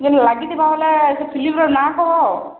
ବେଲେ ଲାଗିଥିବା ହେଲେ ସେ ଫିଲିମର ନାଁ କହ